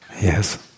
Yes